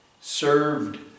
served